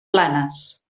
planes